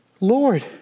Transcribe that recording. Lord